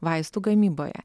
vaistų gamyboje